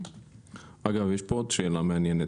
יש פה עוד שאלה מעניינת,